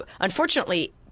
Unfortunately